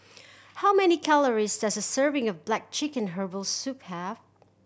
how many calories does a serving of black chicken herbal soup have